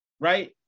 right